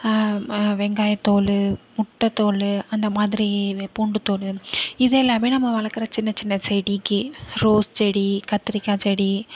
வெங்காயத் தோல் முட்டத் தோல் அந்த மாதிரி பூண்டு தோல் இதையெல்லாமே நம்ம வளர்க்குற சின்ன சின்ன செடிக்கு ரோஸ் செடி கத்திரிக்காய் செடி